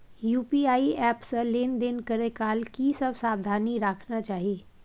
UPI app से लेन देन करै काल की सब सावधानी राखना चाही?